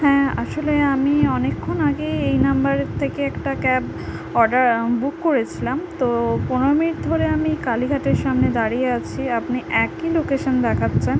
হ্যাঁ আসলে আমি অনেকক্ষণ আগে এই নম্বরের থেকে একটা ক্যাব অর্ডার বুক করেছিলাম তো পনেরো মিনিট ধরে আমি কালীঘাটের সামনে দাঁড়িয়ে আছি আপনি একই লোকেশন দেখাচ্ছেন